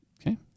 Okay